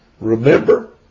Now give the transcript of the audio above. Remember